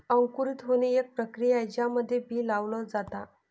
अंकुरित होणे, एक प्रक्रिया आहे ज्यामध्ये बी लावल जाता